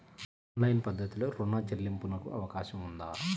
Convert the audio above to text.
Online పద్ధతిలో రుణ చెల్లింపునకు అవకాశం ఉందా?